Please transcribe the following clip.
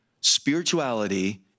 spirituality